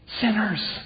sinners